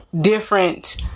different